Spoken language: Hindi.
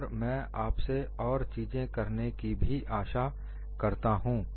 और मैं आपसे और चीजें करने के लिए भी आशा रखता हूं